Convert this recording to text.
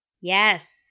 yes